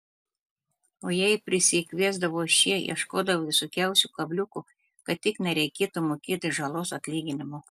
o jei prisikviesdavo šie ieškodavo visokiausių kabliukų kad tik nereikėtų mokėti žalos atlyginimo